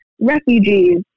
refugees